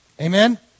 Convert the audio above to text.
Amen